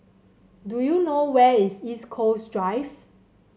do you know where is East Coast Drive